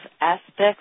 aspects